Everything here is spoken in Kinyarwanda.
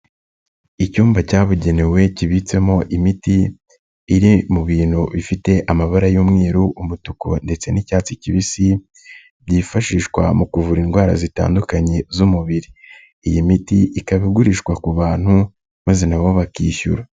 Icyumba cyabugenewe kibitsemo imiti iri mu bintu bifite amabara y'umweru, umutuku ndetse n'icyatsi kibisi, byifashishwa mu kuvura indwara zitandukanye z'umubiri. Iyi miti ikaba igurishwa ku bantu maze na bo bakishyura.